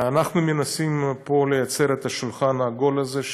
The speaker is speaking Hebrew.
אנחנו מנסים פה לייצר את השולחן העגול הזה,